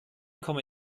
komme